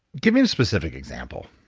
give me a specific example.